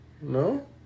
No